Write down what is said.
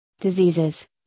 diseases